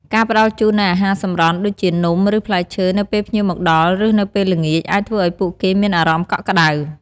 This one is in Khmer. ការផ្តល់ជូននូវ អាហារសម្រន់ ដូចជានំ ឬផ្លែឈើ នៅពេលភ្ញៀវមកដល់ ឬនៅពេលល្ងាច អាចធ្វើឲ្យពួកគេមានអារម្មណ៍កក់ក្តៅ។